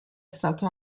stato